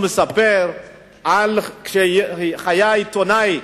מספר שכשהיה עיתונאי,